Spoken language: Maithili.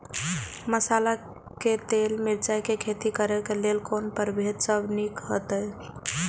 मसाला के लेल मिरचाई के खेती करे क लेल कोन परभेद सब निक होयत अछि?